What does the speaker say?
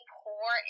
pour